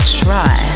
try